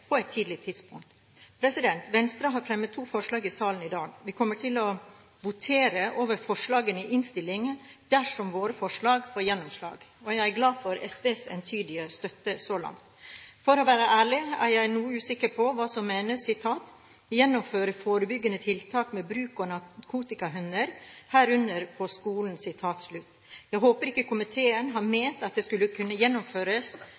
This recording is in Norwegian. på et tidlig tidspunkt. Venstre har to forslag som er omdelt i salen i dag. Vi kommer til å votere over forslagene i innstillingen dersom våre forslag får gjennomslag. Jeg er glad for SVs entydige støtte så langt. For å være ærlig er jeg noe usikker på hva som menes med «å gjennomføre forebyggende tiltak med bruk av narkotikahund, herunder på skoler». Jeg håper ikke komiteen har ment at det skal gjennomføres